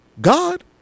God